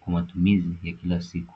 kwa matumizi ya kila siku.